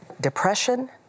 Depression